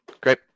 Great